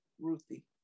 Ruthie